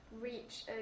reach